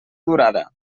durada